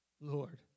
Lord